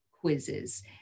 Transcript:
quizzes